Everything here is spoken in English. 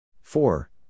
Four